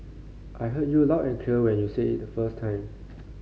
I heard you loud and clear when you said it the first time